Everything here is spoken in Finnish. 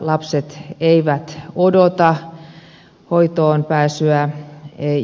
lapset eivät odota hoitoonpääsyä